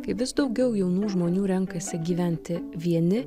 kai vis daugiau jaunų žmonių renkasi gyventi vieni